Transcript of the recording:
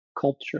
culture